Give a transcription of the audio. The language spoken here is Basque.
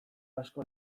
asko